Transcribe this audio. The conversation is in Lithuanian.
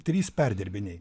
trys perdirbiniai